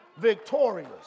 victorious